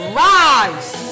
rise